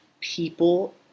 people